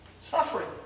Suffering